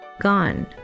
gone